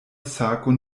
sakon